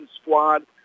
squad